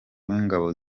w’ingabo